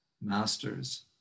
masters